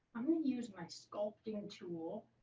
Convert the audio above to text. i'm going to use my sculpting and tool